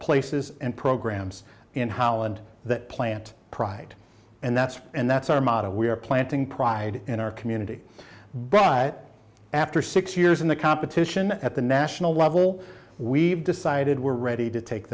places and programs in holland that plant pride and that's and that's our motto we're planting pride in our community but after six years in the competition at the national level we've decided we're ready to take